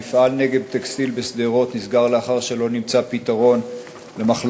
מפעל "נגב טקסטיל" בשדרות נסגר לאחר שלא נמצא פתרון למחלוקת